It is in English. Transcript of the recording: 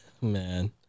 Man